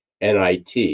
nit